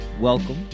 welcome